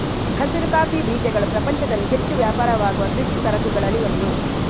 ಹಸಿರು ಕಾಫಿ ಬೀಜಗಳು ಪ್ರಪಂಚದಲ್ಲಿ ಹೆಚ್ಚು ವ್ಯಾಪಾರವಾಗುವ ಕೃಷಿ ಸರಕುಗಳಲ್ಲಿ ಒಂದು